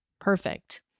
Perfect